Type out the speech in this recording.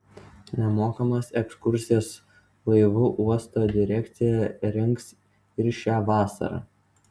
nemokamas ekskursijas laivu uosto direkcija rengs ir šią vasarą